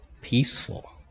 peaceful